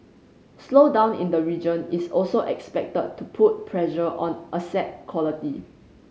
slowdown in the region is also expected to put pressure on asset quality